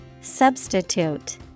Substitute